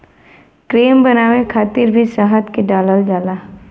cream बनावे खातिर भी शहद के डालल जाला